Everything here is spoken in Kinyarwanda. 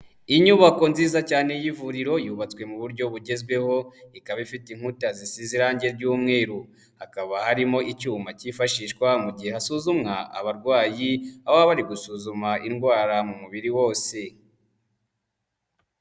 Inyubako nziza cyane y'ivuriro yubatswe mu buryo bugezweho, ikaba ifite inkuta zisize irange ry'umweru, hakaba harimo icyuma cyifashishwa mu gihe hasuzumwa abarwayi baba bari gusuzuma indwara mu mubiri wose.